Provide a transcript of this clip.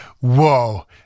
whoa